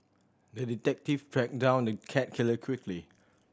the detective tracked down the cat killer quickly